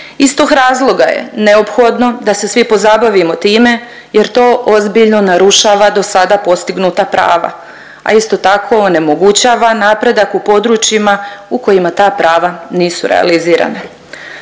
Iz tog razloga je neophodno da se svi pozabavimo time jer to ozbiljno narušava dosada postignuta prava, a isto tako onemogućava napredak u područjima u kojima ta prava nisu realizirana.